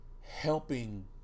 helping